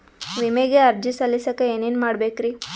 ವಿಮೆಗೆ ಅರ್ಜಿ ಸಲ್ಲಿಸಕ ಏನೇನ್ ಮಾಡ್ಬೇಕ್ರಿ?